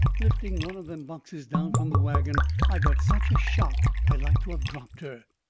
lifting one of them boxes down from the wagon i got such a shock i like to of dropped her.